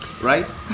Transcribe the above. right